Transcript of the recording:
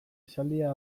esaldia